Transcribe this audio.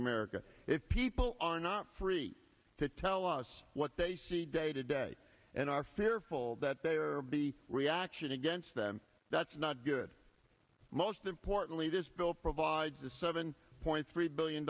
america if people are not free to tell us what they see day to day and are fearful that they are be reaction against them that's not good most importantly this bill provides the seven point three billion